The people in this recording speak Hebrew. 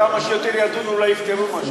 כמה שיותר ידונו, אולי יפתרו משהו.